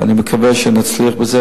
ואני מקווה שנצליח בזה.